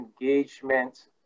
engagement